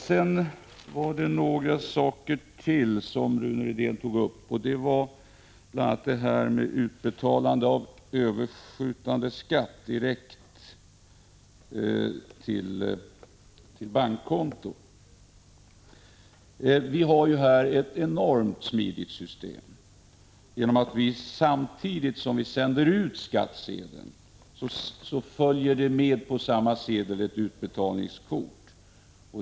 Rune Rydén tog även upp utbetalandet av överskjutande skatt direkt till bankkonto. Vi har ett enormt smidigt system. Samtidigt som man sänder ut skattsedeln skickas ett utbetalningskort.